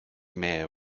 mayor